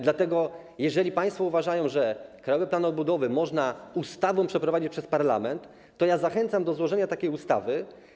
Dlatego, jeżeli państwo uważają, że krajowy plan odbudowy można przeprowadzić ustawą przez parlament, to zachęcam do złożenia takiej ustawy.